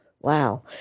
Wow